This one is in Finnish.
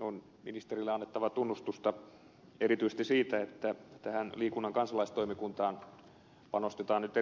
on ministerille annettava tunnustusta erityisesti siitä että tähän liikunnan kansalaistoimintaan panostetaan nyt